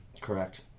Correct